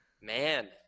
Man